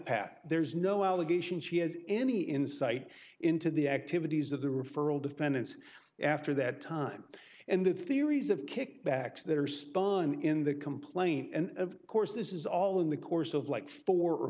pat there's no allegation she has any insight into the activities of the referral defendants after that time and the theories of kickbacks that are spawn in the complaint and of course this is all in the course of like four or